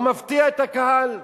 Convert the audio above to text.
והוא מפתיע את הקהל.